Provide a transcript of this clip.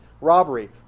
Robbery